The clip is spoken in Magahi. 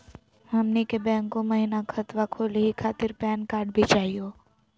हमनी के बैंको महिना खतवा खोलही खातीर पैन कार्ड भी चाहियो?